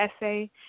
essay